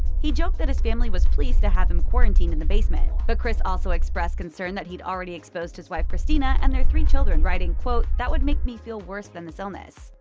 he joked that his family was pleased to have him quarantined in the basement, but chris also expressed concern that he'd already exposed his wife cristina and their three children, writing, quote, that would make me feel worse than this illness!